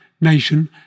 nation